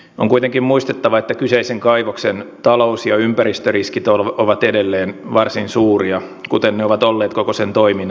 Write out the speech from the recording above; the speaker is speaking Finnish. on kuitenkin muistettava että kyseisen kaivoksen talous ja ympäristöriskit ovat edelleen varsin suuria kuten ne ovat olleet koko sen toiminnan ajan